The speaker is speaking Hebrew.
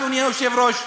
אדוני היושב-ראש?